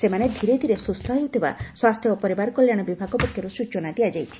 ସେମାନେ ଧୀରେଧୀରେ ସୁସ୍ଛ ହେଉଥିବା ସ୍ୱାସ୍ଥ୍ୟ ଓ ପରିବାର କଲ୍ୟାଶ ବିଭାଗ ପକ୍ଷରୁ ସୂଚନା ଦିଆଯାଇଛି